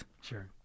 Sure